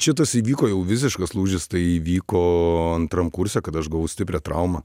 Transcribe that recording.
čia tas įvyko jau visiškas lūžis tai įvyko antram kurse kada aš gavau stiprią traumą